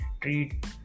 treat